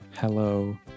hello